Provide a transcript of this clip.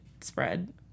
spread